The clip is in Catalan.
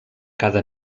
cada